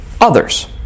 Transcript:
others